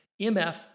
MF